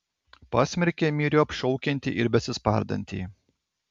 pasmerkė myriop šaukiantį ir besispardantį